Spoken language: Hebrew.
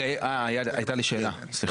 הייתה לי שאלה לגבי